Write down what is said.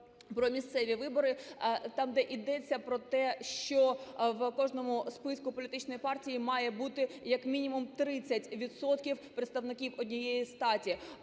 "Про місцеві вибори", там, де ідеться про те, що в кожному списку політичної партії має бути як мінімум 30 відсотків представників однієї статі.